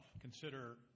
consider